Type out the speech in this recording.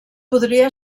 podria